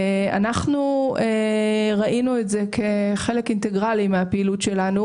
אנחנו ראינו את זה כחלק אינטגרלי מהפעילות שלנו